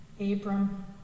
Abram